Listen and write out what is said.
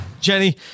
Jenny